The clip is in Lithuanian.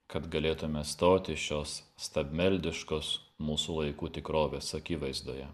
kad galėtume stoti šios stabmeldiškos mūsų laikų tikrovės akivaizdoje